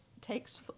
takes